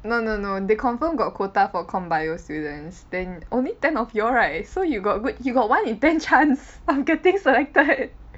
no no no they confirm got quota for comp bio students then only ten of y'all right so you got good you got one in ten chance of getting selected